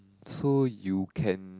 so you can